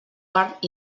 part